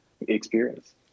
experience